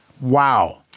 wow